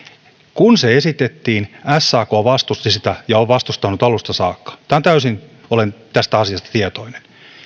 kun se esitettiin sak vastusti sitä ja on vastustanut alusta saakka täysin olen tästä asiasta tietoinen